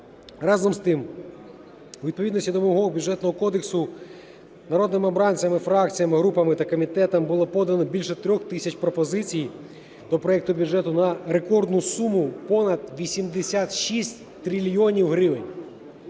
Разом з тим, у відповідності до вимог Бюджетного кодексу народними обранцями, фракціями, групами та комітетом було подано більше 3 тисяч пропозицій до проекту бюджету на рекордну суму понад 86 трильйонів